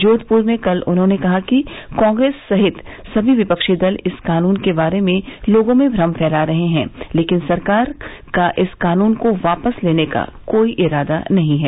जोधपुर में कल उन्होंने कहा कि कांग्रेस सहित सभी विपक्षी दल इस कानून के बारे में लोगों में भ्रम फैला रहे हैं लेकिन सरकार का इस कानून को वापस लेने का कोई इरादा नहीं है